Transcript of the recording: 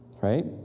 right